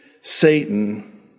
Satan